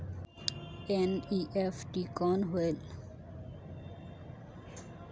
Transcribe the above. NEFT कौन होएल?